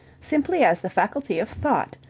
simply as the faculty of thought,